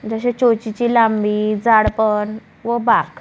जसे चोचीची लांबी जाड पण व बाक